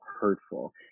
hurtful